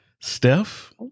Steph